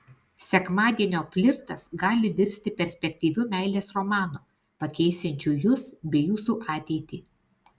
sekmadienio flirtas gali virsti perspektyviu meilės romanu pakeisiančiu jus bei jūsų ateitį